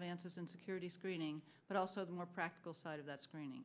advances in security screening but also the more practical side of that screening